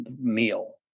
meal